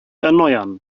erneuern